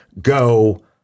go